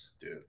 dude